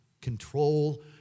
Control